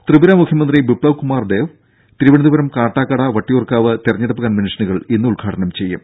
ത്രിപുര മുഖ്യമന്ത്രി ബിപ്സവ് കുമാർ ദേവ് തിരുവനന്തപുരം കാട്ടാക്കട വട്ടിയൂർക്കാവ് തെരഞ്ഞെടുപ്പ് കൺവെൻഷനുകൾ ഇന്ന് ഉദ്ഘാടനം ചെയ്യും